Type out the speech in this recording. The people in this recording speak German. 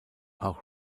auch